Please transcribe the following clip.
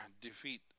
defeat